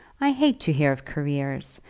i hate to hear of careers.